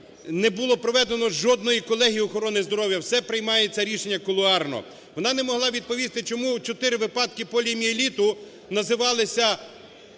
не було проведено жодної колегії охорони здоров'я, все приймається, рішення, кулуарно. Вона не могла відповісти, чому чотири випадки поліомієліту називалися